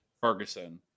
Ferguson